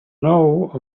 know